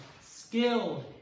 skilled